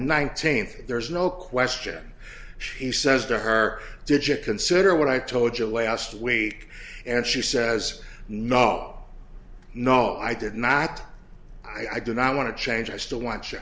nineteenth there's no question she says to her digit consider what i told you last week and she says no no i did not i do not want to change i still want ch